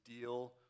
deal